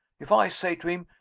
if i say to him,